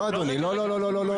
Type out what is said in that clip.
לא לא לא לא,